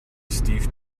steve